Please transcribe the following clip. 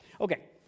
Okay